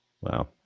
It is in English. wow